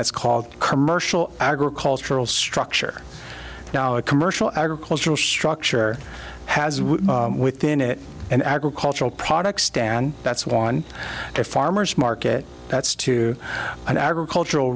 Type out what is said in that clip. that's called commercial agricultural structure now a commercial agricultural structure has within it an agricultural product stand that's one farmer's market that's two an agricultural